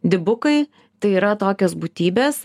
dipukai tai yra tokios būtybės